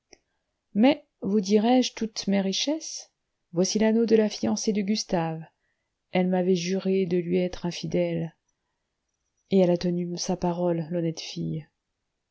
mais vous dirai-je toutes mes richesses voici l'anneau de la fiancée de gustave elle m'avait juré de lui être infidèle et elle a tenu sa parole l'honnête fille